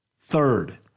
Third